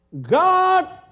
God